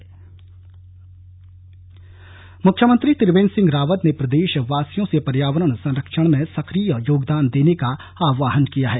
आहवान मुख्यमंत्री त्रिवेन्द्र सिंह रावत ने प्रदेशवासियों से पर्यावरण संरक्षण में सक्रिय योगदान देने का आह्वान किया है